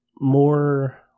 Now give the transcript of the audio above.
more